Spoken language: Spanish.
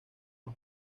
los